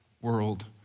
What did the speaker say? world